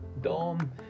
Dom